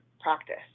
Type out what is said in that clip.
practice